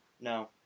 No